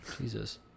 Jesus